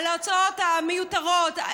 על ההוצאות המיותרות,